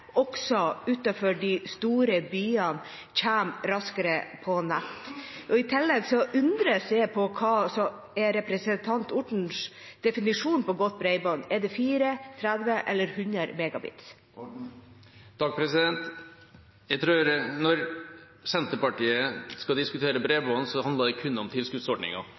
også utenfor de store byene kommer raskere på nett. I tillegg undres jeg på hva som er representanten Ortens definisjon på godt bredbånd. Er det 4, 30 eller 100 Mbit/s? Jeg tror at når Senterpartiet skal diskutere bredbånd, handler det kun om